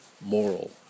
moral